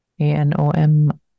A-N-O-M